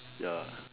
ya